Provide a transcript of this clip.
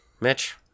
Mitch